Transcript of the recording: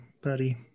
buddy